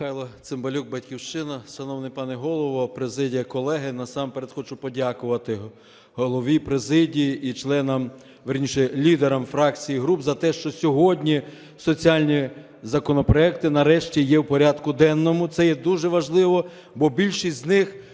Михайло Цимбалюк, "Батьківщина". Шановний пане Голово, президія, колеги! Насамперед хочу подякувати Голові, президії і членам, вірніше, лідерам фракцій і груп за те, що сьогодні соціальні законопроекти нарешті є в порядку денному. Це є дуже важливо, бо більшість з них